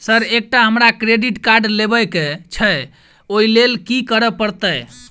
Sir एकटा हमरा credit card लेबकै छैय ओई लैल की करऽ परतै?